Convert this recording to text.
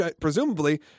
presumably